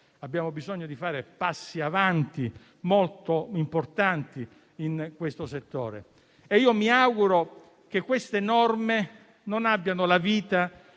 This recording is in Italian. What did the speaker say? abbiamo bisogno di fare passi avanti molto importanti, e mi auguro che queste norme non abbiano la vita